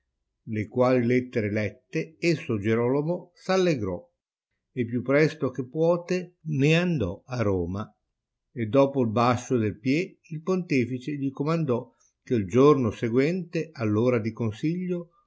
le quali lettere lette esso gierolomo s'allegrò e più presto che puote ne andò a roma e dopo il bascio del pie il pontefice gli comandò che il giorno seguente all'ora di consiglio